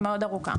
היא מאוד ארוכה.